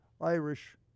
Irish